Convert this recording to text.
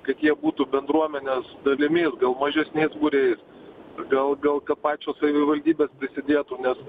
kad jie būtų bendruomenės dalimi gal mažesniais būriais gal gal kad pačios savivaldybės prisidėtų nes